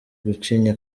gucinya